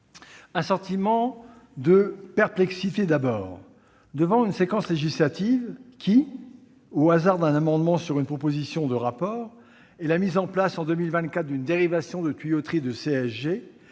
mon sentiment de perplexité devant une séquence législative qui, au hasard d'un amendement sur une proposition de remise d'un rapport et la mise en place en 2024 d'une dérivation de tuyauterie de CSG,